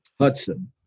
Hudson